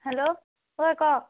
hello ঐ ক